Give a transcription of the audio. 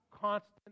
constant